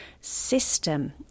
system